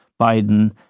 Biden